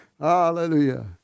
Hallelujah